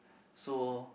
so